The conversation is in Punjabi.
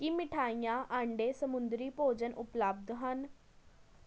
ਕੀ ਮਿਠਾਈਆਂ ਆਂਡੇ ਸਮੁੰਦਰੀ ਭੋਜਨ ਉਪਲੱਬਧ ਹਨ